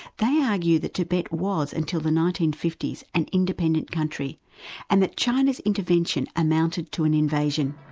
they argue that tibet was until the nineteen fifty s an independent country and that china's intervention amounted to an invasion.